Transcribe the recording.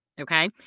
Okay